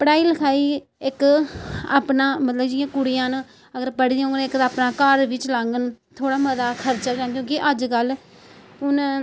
पढ़ाई लखाई इक अपना मतलब जि'यां कुड़ियां न अगर पढ़ी दियां होङन इक ते अपना घर बी चलाङन थोह्ड़ा मता खर्चङन क्योंकि अजकल्ल हून